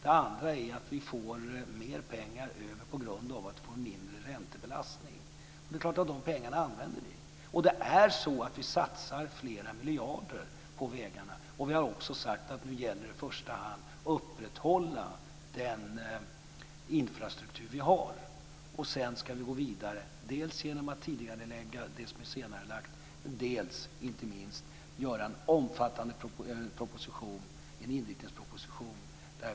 Det andra är att vi får mer pengar över på grund av att vi får en mindre räntebelastning. Det är klart att vi använder de pengarna. Det är så att vi satsar flera miljarder på vägarna. Vi har också sagt att det i första hand nu gäller att upprätthålla den infrastruktur vi har. Sedan ska vi gå vidare dels genom att tidigarelägga det som är senarelagt, dels genom att skriva en omfattande inriktningsproposition.